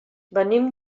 venim